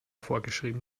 vorgeschrieben